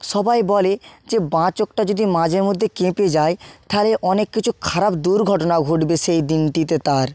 সবাই বলে যে বাঁ চোখটা যদি মাঝেমধ্যে কেঁপে যায় তাহলে অনেক কিছু খারাপ দুর্ঘটনা ঘটবে সেই দিনটিতে তার